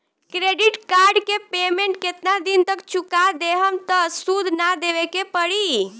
Credit card के payment केतना दिन तक चुका देहम त सूद ना देवे के पड़ी?